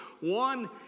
one